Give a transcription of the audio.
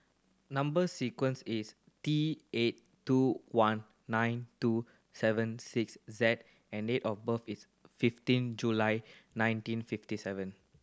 number sequence is T eight two one nine two seven six Z and date of birth is fifteen July nineteen fifty seven